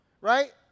right